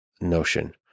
notion